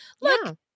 look